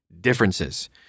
differences